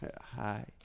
Hi